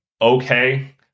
okay